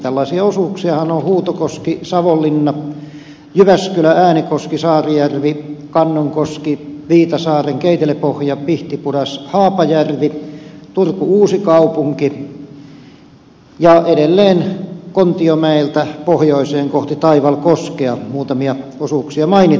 tällaisia osuuksiahan ovat huutokoskisavonlinna jyväskylääänekoskisaarijärvikannonkoskiviitasaaren keitelepohjapihtipudashaapajärvi turkuuusikaupunki ja edelleen kontiomäeltä pohjoiseen kohti taivalkoskea muutamia osuuksia mainitakseni